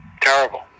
Terrible